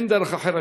אין דרך אחרת.